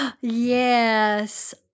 Yes